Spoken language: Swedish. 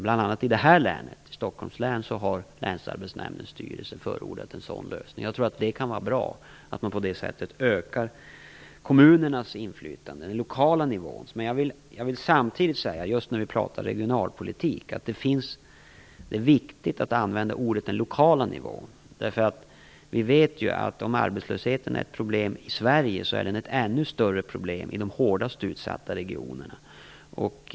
I bl.a. Stockholms län har länsarbetsnämndens styrelse förordat en sådan lösning. Det kan vara bra att på det sättet öka kommunernas inflytande, dvs. på den lokala nivån. Jag vill samtidigt säga, just när vi pratar om regionalpolitik, att det är viktigt att använda begreppet den lokala nivån. Vi vet ju att arbetslösheten är ett problem i Sverige, men den är ett ännu större problem i de hårdast utsatta regionerna.